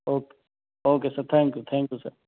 okay okay sir thank you thank you sir